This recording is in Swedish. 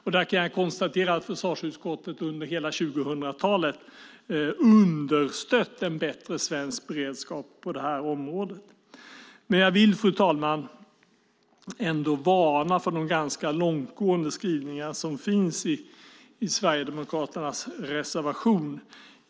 Jag kan konstatera att försvarsutskottet under hela 2000-talet har understött en bättre svensk beredskap på det här området. Men jag vill, fru talman, ändå varna för de ganska långtgående skrivningar som finns i Sverigedemokraternas reservation.